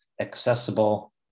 accessible